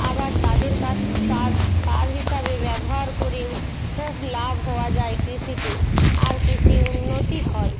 আবার তাদের কাছ সার সার হিসাবে ব্যবহার করেও খুব লাভ হওয়া যায় কৃষিতে আর কৃষি উন্নতি হয়